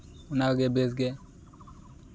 ᱚᱱᱟᱜᱮ ᱵᱮᱥ ᱜᱮ